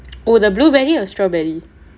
oh the blueberry or strawberry